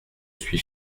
suis